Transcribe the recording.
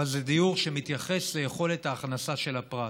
אבל זה דיור שמתייחס ליכולת ההכנסה של הפרט,